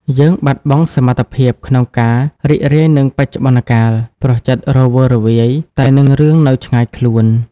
យើងបាត់បង់សមត្ថភាពក្នុងការ "រីករាយនឹងបច្ចុប្បន្នកាល" ព្រោះចិត្តរវើរវាយតែងនឹងរឿងនៅឆ្ងាយខ្លួន។